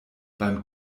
beim